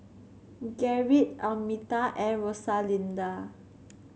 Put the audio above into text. Gerrit Almeta and Rosalinda